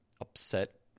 upset